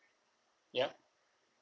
yup